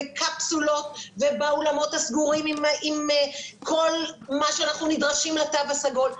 בקפסולות ובאולמות הסגורים עם כל מה שאנחנו נדרשים לתו הסגול,